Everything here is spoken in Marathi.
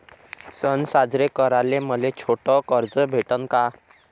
सन साजरे कराले मले छोट कर्ज भेटन का?